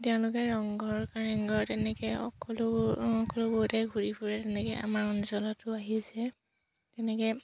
তেওঁলোকে ৰংঘৰ কাৰেংঘৰ তেনেকৈ সকলো সকলোবোৰতে ঘূৰি ফূৰে তেনেকৈ আমাৰ অঞ্চলতো আহিছে তেনেকৈ